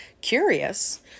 curious